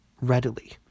readily